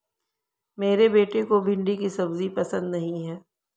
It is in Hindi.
मेरे बेटे को भिंडी की सब्जी पसंद नहीं है